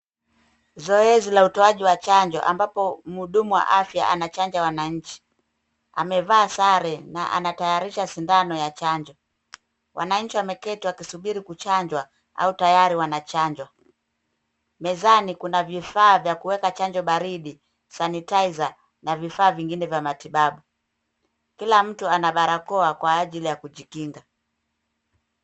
Zoezi la utoaji wa chanjo ambapo mhudumu wa afya anachanja wananchi. Amevaa sare na anatayarisha sindano ya chanjo. Wananchi wameketi wakisubiri kuchanjwa au tayari wanachanjwa. Mezani kuna vifaa vya kuweka chanjo baridi, sanitizer na vifaa vingine vya matibabu. Kila mtu ana barakoa kwa ajili ya kujikinga.